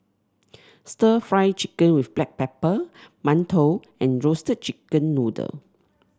stir Fry Chicken with Black Pepper mantou and Roasted Chicken Noodle